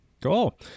Cool